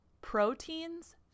Proteins